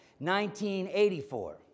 1984